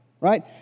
Right